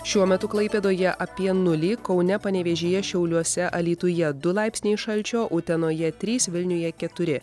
šiuo metu klaipėdoje apie nulį kaune panevėžyje šiauliuose alytuje du laipsniai šalčio utenoje trys vilniuje keturi